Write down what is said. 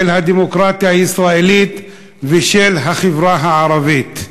של הדמוקרטיה הישראלית ושל החברה הערבית.